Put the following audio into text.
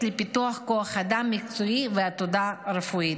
לפיתוח כוח אדם מקצועי ועתודה רפואית.